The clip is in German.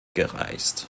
gereist